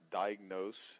diagnose